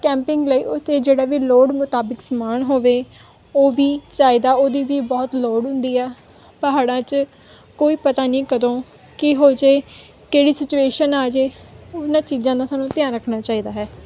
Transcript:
camping ਲਈ ਉੱਥੇ ਜਿਹੜਾ ਵੀ ਲੋੜ ਮੁਤਾਬਿਕ ਸਮਾਨ ਹੋਵੇ ਉਹ ਵੀ ਚਾਹੀਦਾ ਉਹਦੀ ਵੀ ਬਹੁਤ ਲੋੜ ਹੁੰਦੀ ਆ ਪਹਾੜਾਂ 'ਚ ਕੋਈ ਪਤਾ ਨਹੀਂ ਕਦੋਂ ਕੀ ਹੋ ਜੇ ਕਿਹੜੀ ਸਿਚੁਏਸ਼ਨ ਆ ਜੇ ਉਹਨਾਂ ਚੀਜ਼ਾਂ ਦਾ ਸਾਨੂੰ ਧਿਆਨ ਰੱਖਣਾ ਚਾਹੀਦਾ ਹੈ